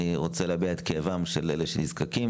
אני רוצה להביע את כאבם של אלה שנזקקים.